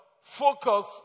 focus